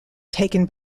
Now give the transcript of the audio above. taken